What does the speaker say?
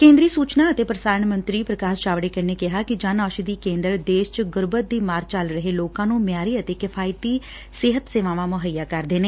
ਕੇਂਦਰੀ ਸੂਚਨਾ ਅਤੇ ਪ੍ਸਾਰਣ ਮੰਤਰੀ ਪ੍ਕਾਸ਼ ਜਾਵੜੇਕਰ ਨੇ ਕੈਂ ਕਿ ਜਨ ਔਸ਼ਧੀ ਕੇਂਦਰ ਦੇਸ਼ ਚ ਗੁਰਬਤ ਦੀ ਮਾਰ ਝੱਲ ਰਹੇ ਲੋਕਾਂ ਨੂੰ ਮਿਆਰੀ ਅਤੇ ਕਿਫਾਇਤੀ ਸਿਹਤ ਸੇਵਾਵਾਂ ਮੁੱਹਈਆ ਕਰਦੇ ਨੇ